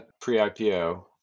pre-IPO